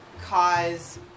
cause